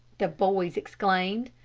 the boys exclaimed.